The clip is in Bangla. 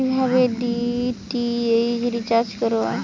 কিভাবে ডি.টি.এইচ রিচার্জ করব?